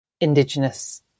indigenous